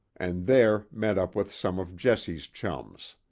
and there met up with some of jesse's chums.